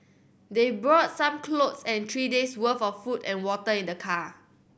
they brought some clothes and three days' worth of food and water in the car